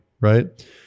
right